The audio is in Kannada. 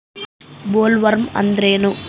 ಬೊಲ್ವರ್ಮ್ ಅಂದ್ರೇನು?